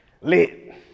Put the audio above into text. lit